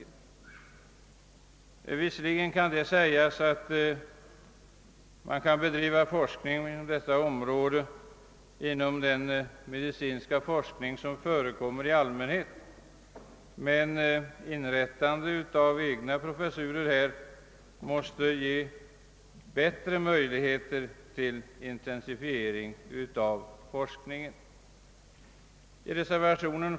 Det kan visserligen sägas att man kan bedriva forskning på detta område inom den allmänmedicinska forskningens ram, men inrättande av egna professurer måste ge bättre möjligheter till en intensifierad geriatrisk forskning.